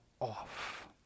off